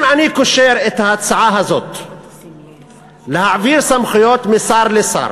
אם אני קושר את ההצעה הזאת להעביר סמכויות משר לשר